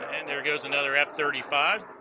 and there goes another f thirty five